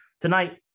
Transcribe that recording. tonight